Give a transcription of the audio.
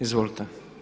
Izvolite.